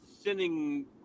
sending